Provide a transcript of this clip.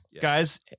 Guys